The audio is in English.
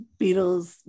beatles